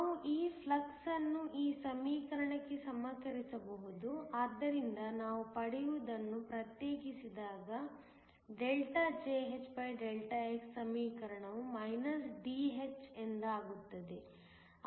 ನಾವು ಈ ಫ್ಲಕ್ಸ್ ಅನ್ನು ಈ ಸಮೀಕರಣಕ್ಕೆ ಸಮೀಕರಿಸಬಹುದು ಆದ್ದರಿಂದ ನಾವು ಪಡೆಯುವದನ್ನು ಪ್ರತ್ಯೇಕಿಸಿದಾಗ Jhδx ಸಮೀಕರಣವು Dh ಎಂದಾಗುತ್ತದೆ